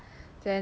ya